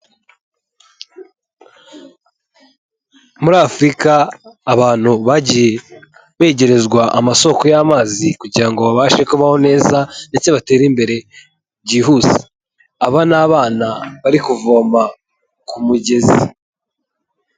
Muri Afurika abantu bagiye begerezwa amasoko y'amazi kugira ngo babashe kubaho neza ndetse batere imbere byihuse aba ni abana bari kuvoma ku mugezi.